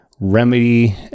Remedy